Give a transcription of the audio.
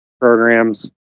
programs